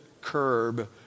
curb